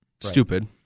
stupid